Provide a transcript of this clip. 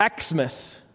Xmas